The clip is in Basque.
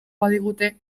badigute